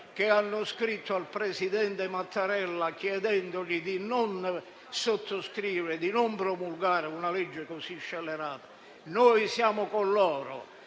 che hanno scritto al presidente Mattarella chiedendogli di non sottoscrivere, di non promulgare una legge così scellerata. Noi siamo con loro,